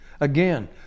Again